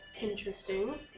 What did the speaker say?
Interesting